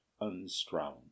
unstrung